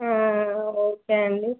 okay అండి